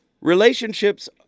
Relationships